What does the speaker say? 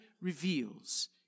reveals